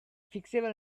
fixable